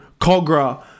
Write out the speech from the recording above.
Cogra